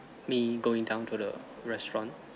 me going down to the restaurant